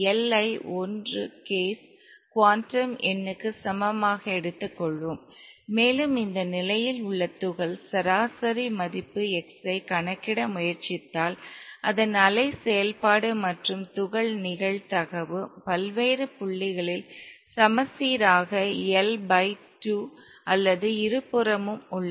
L ஐ 1 case quantum எண்ணுக்கு சமமாக எடுத்துக்கொள்வோம் மேலும் இந்த நிலையில் உள்ள துகள் சராசரி மதிப்பு x ஐ கணக்கிட முயற்சித்தால் அதன் அலை செயல்பாடு மற்றும் துகள் நிகழ்தகவு பல்வேறு புள்ளிகளில் சமச்சீராக L பை 2 அல்லது இருபுறமும் உள்ளது